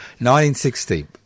1960